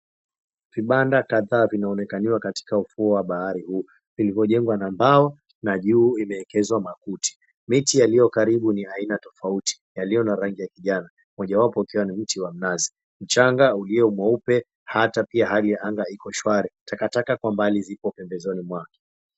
Vibanda kadhaa vinaonekaniwa katika ufuo wa bahari huu, vilivyojengwa na mbao na juu imewekezwa makuti. Miti yaliokaribu ni aina tofauti yalio na rangi ya kijani mojawapo ukiwa ni mti wa mnazi. Mchanga uliomweupe hata pia hali ya anga iko shwari. Takataka kwa mbali ziko pembezoni mwake.